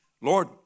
Lord